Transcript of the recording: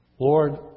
Lord